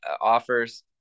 offers